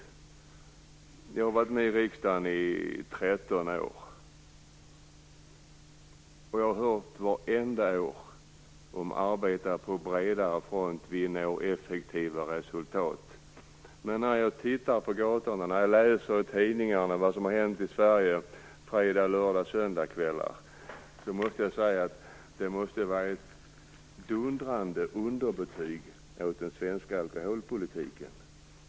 Jag har varit med i riksdagen i 13 år, och jag har vartenda år hört detta om att arbeta på bredare front för att nå effektiva resultat. När jag tittar på gatorna och läser i tidningarna vad som har hänt i Sverige fredags-, lördags och söndagskvällar, måste jag se det som ett dundrande underbetyg åt den svenska alkoholpolitiken.